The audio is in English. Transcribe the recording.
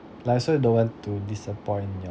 like also don't want to disappoint your